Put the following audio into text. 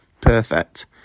Perfect